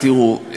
תראו,